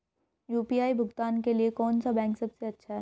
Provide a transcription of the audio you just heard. UPI भुगतान के लिए कौन सा बैंक सबसे अच्छा है?